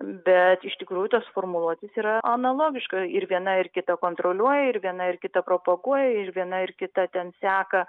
bet iš tikrųjų tos formuluotės yra analogiška ir viena ir kita kontroliuoja ir viena ir kita propaguoja ir viena ir kita ten seka